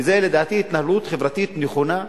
זו לדעתי התנהלות חברתית נכונה.